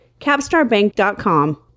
capstarbank.com